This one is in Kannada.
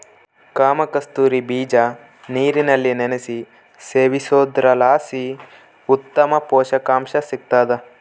ಕಾಮಕಸ್ತೂರಿ ಬೀಜ ನೀರಿನಲ್ಲಿ ನೆನೆಸಿ ಸೇವಿಸೋದ್ರಲಾಸಿ ಉತ್ತಮ ಪುಷಕಾಂಶ ಸಿಗ್ತಾದ